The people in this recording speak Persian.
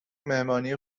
مهمانی